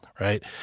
right